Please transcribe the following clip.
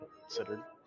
considered